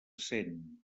cent